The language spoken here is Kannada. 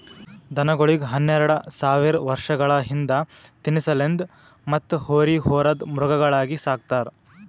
ದನಗೋಳಿಗ್ ಹನ್ನೆರಡ ಸಾವಿರ್ ವರ್ಷಗಳ ಹಿಂದ ತಿನಸಲೆಂದ್ ಮತ್ತ್ ಹೋರಿ ಹೊರದ್ ಮೃಗಗಳಾಗಿ ಸಕ್ತಾರ್